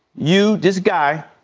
you, this guy,